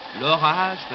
l'orage